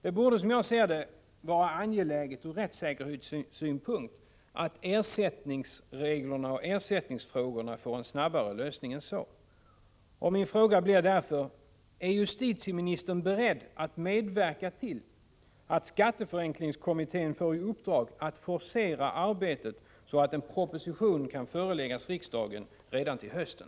Det borde som jag ser det vara angeläget ur rättssäkerhetssynpunkt att ersättningsfrågorna får en snabbare lösning än så. Min fråga blir därför: Är justitieministern beredd att medverka till att skatteförenklingskommittén får i uppdrag att forcera arbetet så att en proposition kan föreläggas riksdagen redan till hösten?